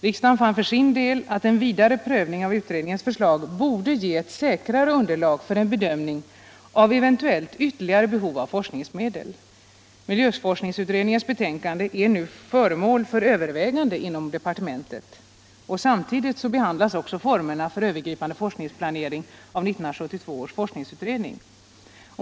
Riksdagen fann för sin del att en vidare prövning av utredningens förslag borde ge ett säkrare underlag för en bedömning av eventuella ytterligare behov av forskningsmedel. Miljöforskningsutredningens betänkande är nu föremål för övervägande inom departementet. Samtidigt behandlas också formerna för övergripande forskningsplanering av 1972 års forskningsutredning.